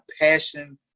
passion